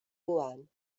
huan